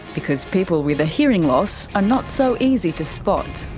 because people with a hearing loss are not so easy to spot.